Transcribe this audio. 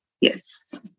Yes